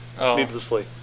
Needlessly